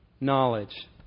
knowledge